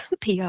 PR